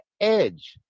edge